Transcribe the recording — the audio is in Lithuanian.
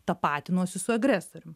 tapatinuosi su agresorium